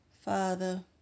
Father